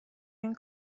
این